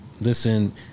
listen